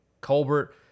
Colbert